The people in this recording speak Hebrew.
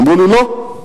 אמרו לי: לא.